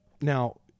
Now